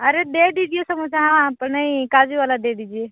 अरे दे दीजिए समाेसा हाँ नहीं काजू वाला दे दीजिए